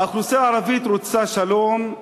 האוכלוסייה הערבית רוצה שלום,